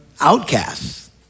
outcasts